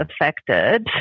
affected